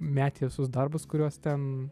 metė visus darbus kuriuos ten